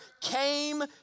came